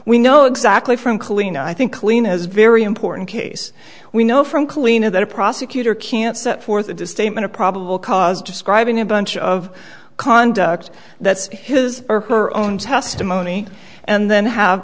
we know exactly from clean i think clean is very important case we know from cleaner that a prosecutor can't set forth to statement of probable cause describing a bunch of conduct that's his or her own testimony and then have